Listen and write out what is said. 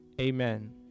Amen